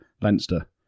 Leinster